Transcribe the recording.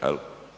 Jel'